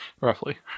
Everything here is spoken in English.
Roughly